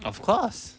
ofcourse